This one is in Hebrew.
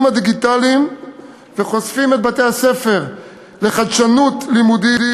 הדיגיטליים וחושפים את בתי-הספר לחדשנות לימודית.